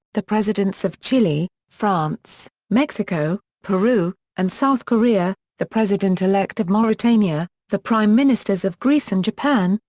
the presidents of chile, france, mexico, peru, and south korea, the president-elect of mauritania, the prime ministers of greece and japan,